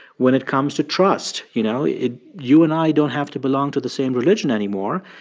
when it comes to trust, you know, it you and i don't have to belong to the same religion anymore.